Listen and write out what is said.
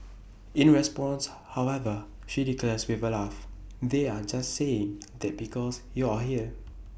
in response however she declares with A laugh they're just saying that because you're here